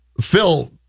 Phil